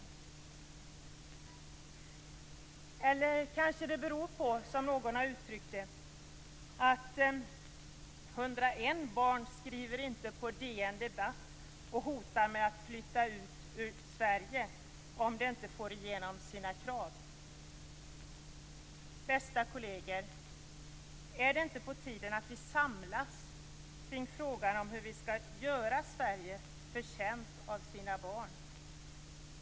Beror detta kanske på att - som någon har uttryck det - 101 barn inte skriver till DN Debatt och hotar med att flytta ut ur Sverige om de inte får igenom sina krav? Bästa kolleger! Är det inte på tiden att vi samlas kring frågan om hur vi skall göra Sverige förtjänt av sina barn?